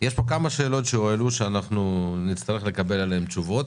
יש פה כמה שאלות שהועלו שאנחנו נצטרך לקבל עליהן תשובות